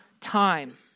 time